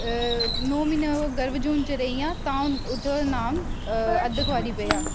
नौ म्हीने ओह् गर्भजून च रेहियां तां उत्थां ओह्दा नाम अद्धकुआरी पेआ